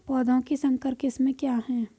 पौधों की संकर किस्में क्या हैं?